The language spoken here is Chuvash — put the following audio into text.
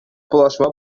паллашма